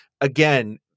again